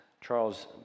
Charles